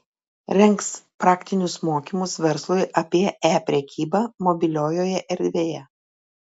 rengs praktinius mokymus verslui apie e prekybą mobiliojoje erdvėje